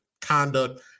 conduct